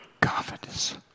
Confidence